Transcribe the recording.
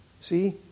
See